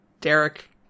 Derek